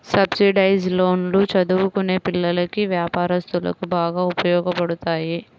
subsidised లోన్లు చదువుకునే పిల్లలకి, వ్యాపారస్తులకు బాగా ఉపయోగపడతాయి